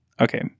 Okay